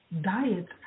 diets